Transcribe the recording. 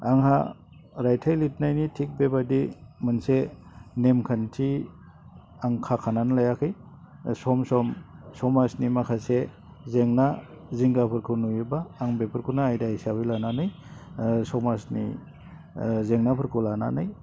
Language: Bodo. आंहा रायथाइ लिरनायनि थिक बेबायदि मोनसे नेमखान्थि आं खाखानानै लायाखै सम सम समाजनि माखासे जेंना जिंगाफोरखौ नुयोबा आं बेफोरखौनो आयदा हिसाबै लानानै समाजनि जेंनाफोरखौ लानानै